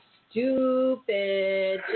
stupid